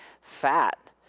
fat